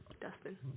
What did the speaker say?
Dustin